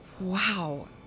Wow